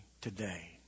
today